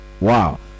Wow